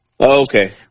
Okay